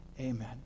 Amen